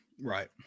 Right